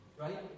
right